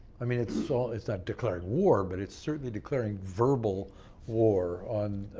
i mean it's so it's not declaring war, but it's certainly declaring verbal war on,